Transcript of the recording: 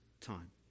time